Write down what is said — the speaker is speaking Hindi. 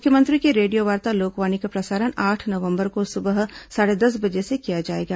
मुख्यमंत्री की रेडियोवार्ता लोकवाणी का प्रसारण आठ नवंबर को सुबह साढ़े दस बजे से किया जाएगा